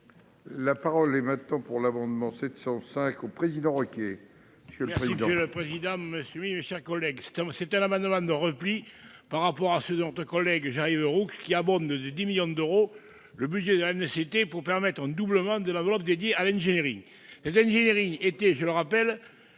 La parole est maintenant pour l'amendement 705 au président.